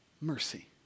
mercy